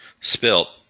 Spilt